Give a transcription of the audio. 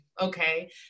okay